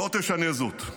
לא תשנה זאת.